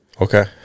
Okay